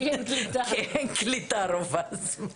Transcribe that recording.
כי אין קליטה רוב הזמן.